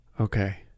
Okay